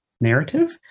narrative